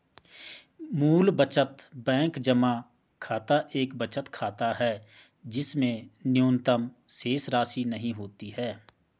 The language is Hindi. मूल बचत बैंक जमा खाता एक बचत खाता है जिसमें न्यूनतम शेषराशि नहीं होती है